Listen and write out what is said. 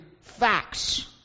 facts